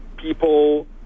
People